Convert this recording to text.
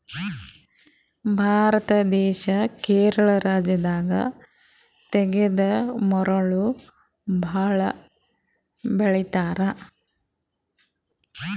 ಭಾರತ ದೇಶ್ ಕೇರಳ ರಾಜ್ಯದಾಗ್ ತೇಗದ್ ಮರಗೊಳ್ ಭಾಳ್ ಬೆಳಿತಾರ್